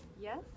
Yes